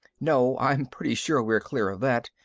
no. i'm pretty sure we're clear of that.